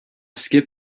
skip